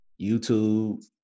YouTube